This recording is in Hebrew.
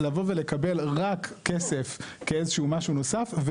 לבוא ולקבל רק כסף כאיזשהו משהו נוסף,